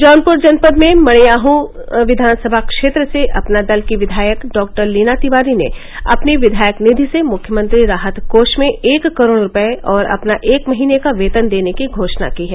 जौनपुर जनपद में मड़ियाहूं विधानसभा क्षेत्र से अपना दल की विधायक डॉक्टर लीना तिवारी ने अपनी विधायक निधि से मुख्यमंत्री राहत कोष में एक करोड़ रूपये और अपना एक महीने का वेतन देने की घोषणा की है